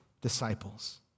disciples